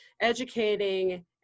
educating